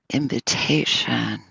invitation